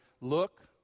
look